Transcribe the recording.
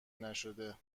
نشده